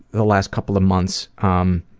the last couple of months. um